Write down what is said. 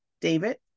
David